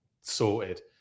sorted